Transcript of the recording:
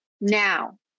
Now